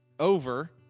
over